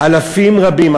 אלפים רבים,